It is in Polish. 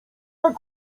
jak